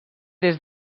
des